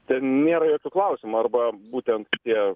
ten nėra jokių klausimų arba būtent tie